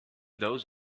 those